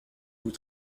vous